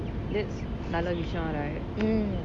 that's நல்ல விஷயம்:nalla visayam right